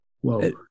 Whoa